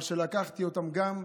אבל שלקחתי אותם גם,